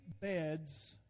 beds